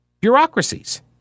bureaucracies